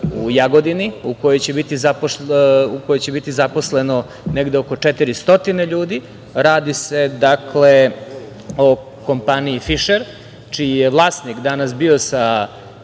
u Jagodini, u kojoj će biti zaposleno negde oko 400 ljudi, radi se o kompaniji "Fišer" čiji je vlasnik danas bio sa